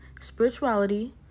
spirituality